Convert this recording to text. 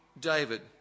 David